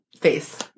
face